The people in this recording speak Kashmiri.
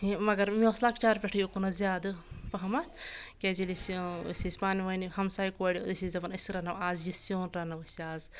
یہِ مگر مےٚ اوس لَکچار پؠٹھٕے اُکُنَتھ زیادٕ پَہمَتھ کیازِ ییٚلہِ أسۍ أسۍ ٲسۍ پانہٕ وَنہِ ہمساے کورِ أسۍ ٲسۍ دَپان أسۍ رَنو آز یہِ سیُن رَنو أسۍ آز